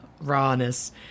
rawness